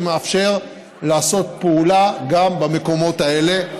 שמאפשר לעשות פעולה גם במקומות האלה,